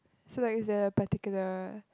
so like is the particular